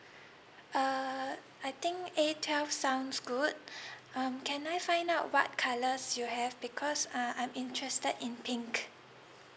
err I think A twelve sounds good um can I find out what colours you have because uh I'm interested in pink